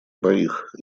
моих